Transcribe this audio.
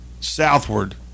southward